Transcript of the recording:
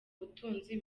butunzi